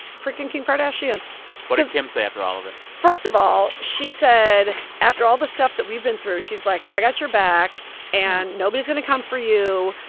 freaking kim kardashian and what did kim say after all of it? first of all, she said after all the stuff that we've been through, she's like i got your back and nobody's going to come for you.